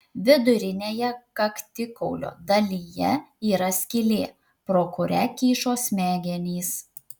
vidurinėje kaktikaulio dalyje yra skylė pro kurią kyšo smegenys